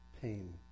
Pain